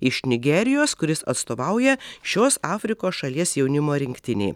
iš nigerijos kuris atstovauja šios afrikos šalies jaunimo rinktinei